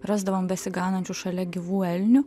rasdavom besiganančių šalia gyvų elnių